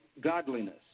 godliness